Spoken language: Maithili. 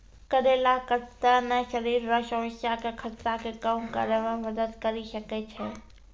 करेला कत्ते ने शरीर रो समस्या के खतरा के कम करै मे मदद करी सकै छै